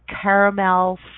caramel